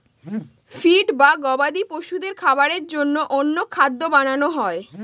feed বা গবাদি পশুদের খাবারের জন্য অন্য খাদ্য বানানো হয়